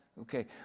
Okay